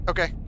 Okay